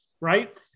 right